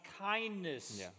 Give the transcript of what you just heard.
kindness